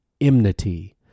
enmity